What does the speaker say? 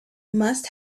must